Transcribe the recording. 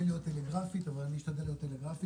להיות טלגרפי אבל אני אשתדל להיות טלגרפי.